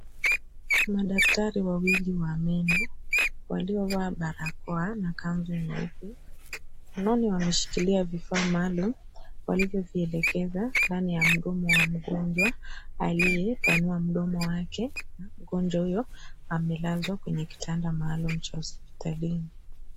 Madaktari wawili wa meno waliovaa barakoa na kanzu nyeupe . Mkononi wameshikilia vifaa maalum walivyovielekeza ndani ya mdomo wa mgonjwa aliyepanua mdomo wake. Mgonjwa huyo amelazwa kwenye kitanda maalum cha hospitalini.